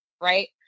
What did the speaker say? Right